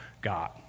God